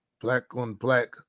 Black-on-black